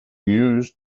used